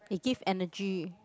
it gives energy